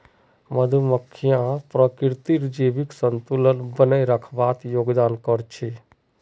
मधुमक्खियां प्रकृतित जैविक संतुलन बनइ रखवात योगदान कर छि